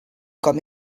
com